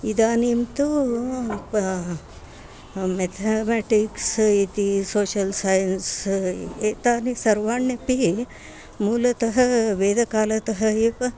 इदानीं तु पा मेथमेटिक्स् इति सोशयल् सैन्स् एतानि सर्वाण्यपि मूलतः वेदकालतः एव